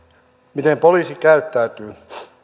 miten poliisi käyttäytyy